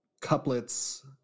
couplets